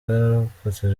yararokotse